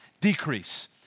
decrease